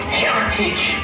heritage